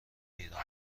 ایران